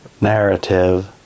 narrative